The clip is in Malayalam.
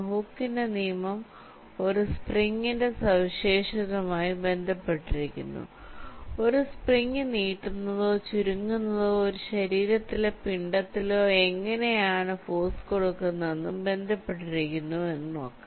ഹുക്കിന്റെ നിയമം ഒരു സ്പ്രിങ്ങിന്റെ സവിശേഷതയുമായി ബന്ധപ്പെട്ടിരിക്കുന്നു ഒരു സ്പ്രിങ് നീട്ടുന്നതോ ചുരുങ്ങുന്നതോ ഒരു ശരീരത്തിലോ പിണ്ഡത്തിലോ എങ്ങനെയാണ് ഫോഴ്സ് കൊടുക്കുന്നതും ബന്ധപ്പെട്ടിരിക്കുന്നത് എന്ന് നോക്കാം